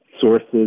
sources